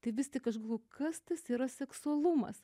tai vis tik aš galvoju kas tas yra seksualumas